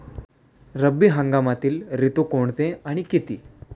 रब्बी हंगामातील ऋतू कोणते आणि किती?